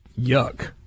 Yuck